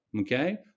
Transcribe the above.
Okay